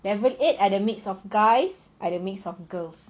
level eight either mix of guys either mix of girls